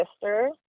sister